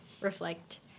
Reflect